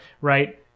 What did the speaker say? Right